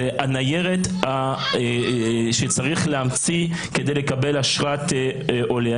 הניירת שצריך להמציא כדי לקבל אשרת עולה.